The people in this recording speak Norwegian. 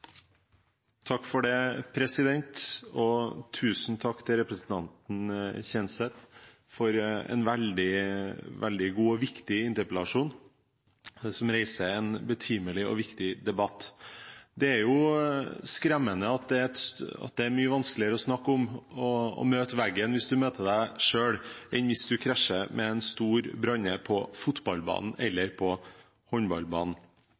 takk til representanten Kjenseth for en veldig god og viktig interpellasjon, som reiser en betimelig og viktig debatt. Det er jo skremmende at det er mye vanskeligere å snakke om å møte veggen hvis du møter deg selv, enn hvis du krasjer med en stor brande på fotballbanen eller